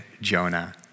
Jonah